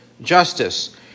justice